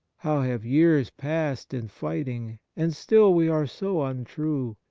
how have years passed in fighting, and still we are so untrue!